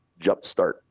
jumpstart